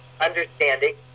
understanding